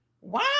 Wow